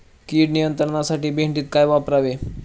कीड नियंत्रणासाठी भेंडीत काय वापरावे?